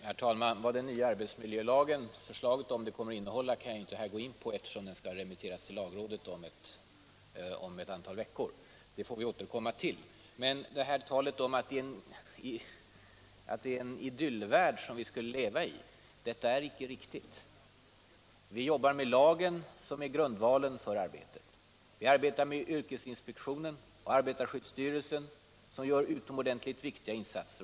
Herr talman! Vad förslaget till den nya arbetsmiljölagen kommer att innehålla kan jag inte gå in på i dag, eftersom det skall remitteras till lagrådet. Det får vi återkomma till. Men talet om att vi skulle leva i en idyllvärld är icke riktigt. Vi jobbar med lagen, som är grundvalen för arbetet. Vi arbetar med yrkesinspektionen och arbetarskyddsstyrelsen, som gör utomordentligt viktiga insatser.